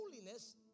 holiness